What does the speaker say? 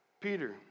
Peter